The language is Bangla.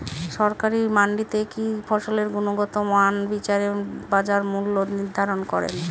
সরকারি মান্ডিতে কি ফসলের গুনগতমান বিচারে বাজার মূল্য নির্ধারণ করেন?